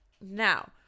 Now